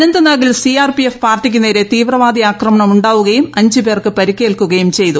അനന്താനാഗിൽ C R P F പാർട്ടിക്ക് നേരെ തീവ്രവാദി ആക്രമണം ഉ ാവുകയും അഞ്ച് പേർക്ക് പരിക്കേൽക്കുകയും ചെയ്തു